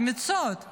אמיצות,